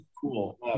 cool